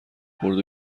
برد